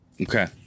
Okay